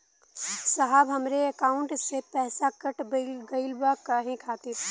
साहब हमरे एकाउंट से पैसाकट गईल बा काहे खातिर?